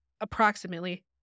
approximately